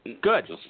Good